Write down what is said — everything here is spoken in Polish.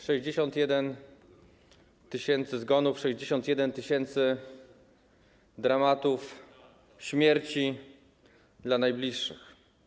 61 tys. zgonów, 61 tys. dramatów śmierci dla najbliższych.